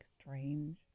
strange